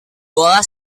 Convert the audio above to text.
bola